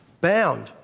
bound